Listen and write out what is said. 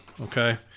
okay